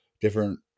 different